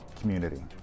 community